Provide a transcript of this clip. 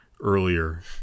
earlier